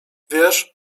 wiesz